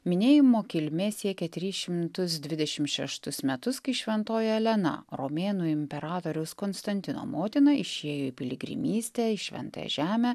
minėjimo kilmė siekia tris šimtus dvidešimt šeštus metus kai šventoji elena romėnų imperatoriaus konstantino motina išėjo į piligrimystę į šventąją žemę